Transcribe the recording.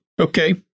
Okay